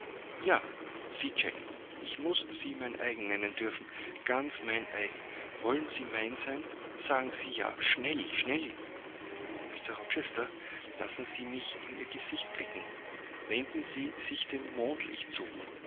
ja sie jane ich muß sie mein eigen nennen dürfen ganz mein eigen wollen sie mein sein sagen sie ja schnell schnell mr rochester lassen sie mich in ihr gesicht blicken wenden sie sich dem mondlicht zu